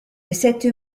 cette